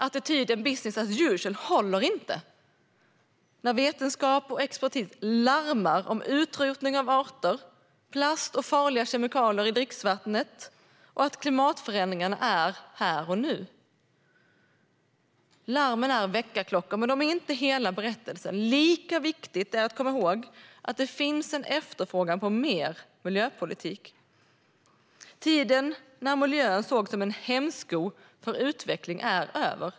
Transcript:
Attityden "business as usual" håller inte, när vetenskap och expertis larmar om utrotning av arter, om plast och farliga kemikalier i dricksvattnet och om att klimatförändringarna sker här och nu. Larmen är en väckarklocka, men de är inte hela berättelsen. Lika viktigt är att komma ihåg att det finns en efterfrågan på mer miljöpolitik. Tiden när miljön sågs som en hämsko för utveckling är över.